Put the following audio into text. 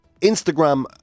Instagram